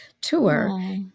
tour